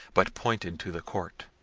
but pointed to the court.